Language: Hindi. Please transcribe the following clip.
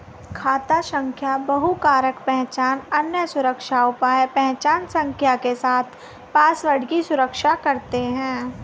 खाता संख्या बहुकारक पहचान, अन्य सुरक्षा उपाय पहचान संख्या के साथ पासवर्ड की सुरक्षा करते हैं